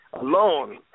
alone